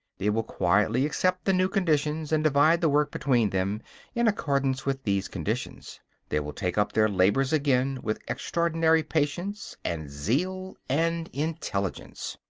they will quietly accept the new conditions, and divide the work between them in accordance with these conditions they will take up their labors again with extraordinary patience, and zeal, and intelligence.